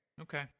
Okay